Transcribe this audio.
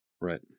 Right